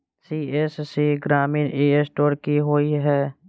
CSC ग्रामीण e store की होइ छै?